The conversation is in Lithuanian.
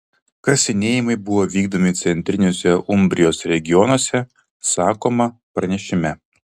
kasinėjimai buvo vykdomi centriniuose umbrijos regionuose sakoma pranešime